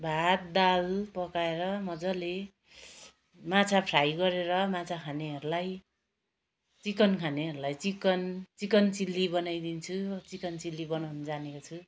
भात दाल पकाएर मजाले माछा फ्राई गरेर माछा खानेहरूलाई चिकन खानेहरूलाई चिकन चिकन चिल्ली बनाइदिन्छु चिकन चिल्ली बनाउनु जानेको छु